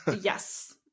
yes